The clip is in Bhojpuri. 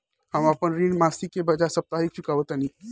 हम अपन ऋण मासिक के बजाय साप्ताहिक चुकावतानी